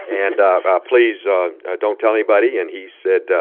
and ah please um don't tell anybody. and he said